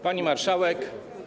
Pani Marszałek!